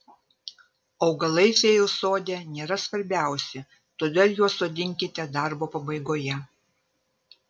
augalai fėjų sode nėra svarbiausi todėl juos sodinkite darbo pabaigoje